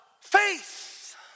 faith